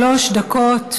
שלוש דקות